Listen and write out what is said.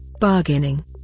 bargaining